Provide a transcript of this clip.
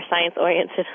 science-oriented